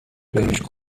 بهش